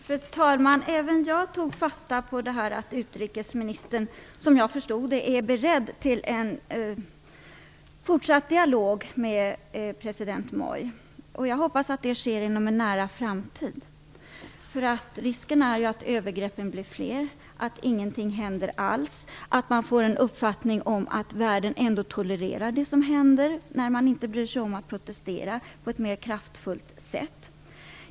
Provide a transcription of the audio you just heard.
Fru talman! Även jag tog fasta på att utrikesministern, som jag förstod det, är beredd till en fortsatt dialog med president Moi. Jag hoppas att det sker inom en nära framtid. Risken är ju att övergreppen blir fler, att ingenting alls händer och att man får en uppfattning om att världen tolererar det som händer när ingen bryr sig om att protestera på ett mer kraftfullt sätt.